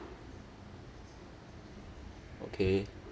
okay